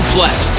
Flex